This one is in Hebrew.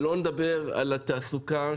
שלא לדבר על התעסוקה,